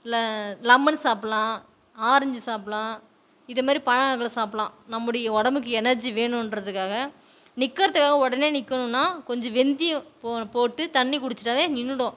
இல்ல லெமன் சாப்பிட்லாம் ஆரெஞ்சு சாப்பிட்லாம் இதேமாரி பழம் வகைகள் சாப்பிட்லாம் நம்முடைய உடம்புக்கு எனர்ஜி வேணுன்கிறதுக்காக நிற்கிறதுக்காக உடனே நிற்கணுன்னா கொஞ்சம் வெந்தியம் போ போட்டு தண்ணி குடித்திட்டாவே நின்றுடும்